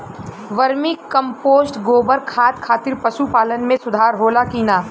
Vermi compost गोबर खाद खातिर पशु पालन में सुधार होला कि न?